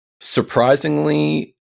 Surprisingly